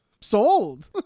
Sold